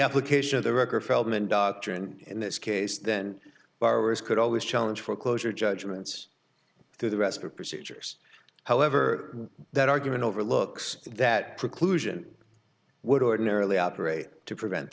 application of the record feldman doctrine in this case then borrowers could always challenge foreclosure judgments through the rest of procedures however that argument overlooks that preclusion would ordinarily operate to prevent